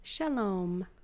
Shalom